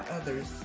others